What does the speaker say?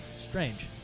Strange